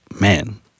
man